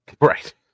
Right